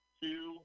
two